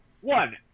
One